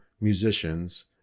musicians